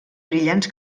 brillants